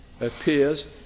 appears